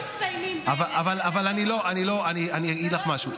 אתם לא מצטיינים --- אני אגיד לך משהו.